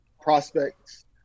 prospects